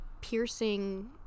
piercing